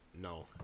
no